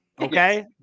Okay